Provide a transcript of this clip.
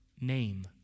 name